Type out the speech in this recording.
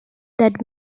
that